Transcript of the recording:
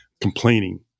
complaining